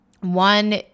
one